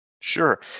Sure